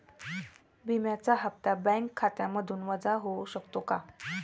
विम्याचा हप्ता बँक खात्यामधून वजा होऊ शकतो का?